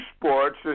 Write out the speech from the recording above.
sports